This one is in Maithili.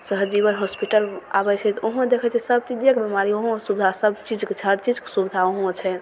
सहजीवन हॉस्पिटल आबय छै तऽ उहो देखय छियै सभचीजेके बीमारी उहो सुविधा सभचीजके छै हर चीजके सुविधा उहो छै